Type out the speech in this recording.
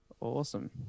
Awesome